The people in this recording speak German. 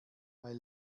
weil